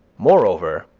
moreover,